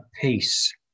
peace